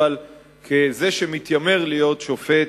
אבל כזה שמתיימר להיות שופט,